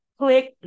Click